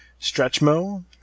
Stretchmo